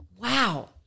wow